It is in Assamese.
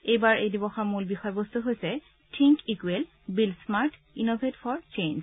এইবাৰ এই দিৱসৰ মূল বিষয়বস্তু হৈছে think equal build smart innovate for change